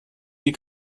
die